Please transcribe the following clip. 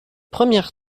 premières